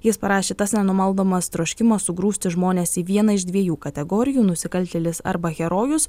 jis parašė tas nenumaldomas troškimas sugrūsti žmones į vieną iš dviejų kategorijų nusikaltėlis arba herojus